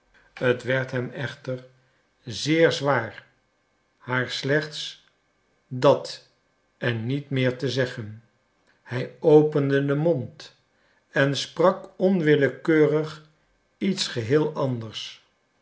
het werd hem echter zeer zwaar haar slechts dat en niet meer te zeggen hij opende den mond en sprak onwillekeurig iets geheel anders